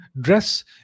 dress